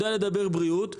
יודע לדבר בריאות.